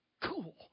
Cool